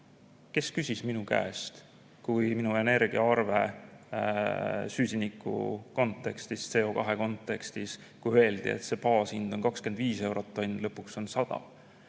kes küsis minu käest, kui minu energiaarve süsiniku kontekstis, CO2kontekstis tõusis, kui öeldi, et baashind on 25 eurot tonn, aga lõpuks on 100?